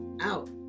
out